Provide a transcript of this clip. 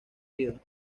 vida